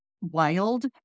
wild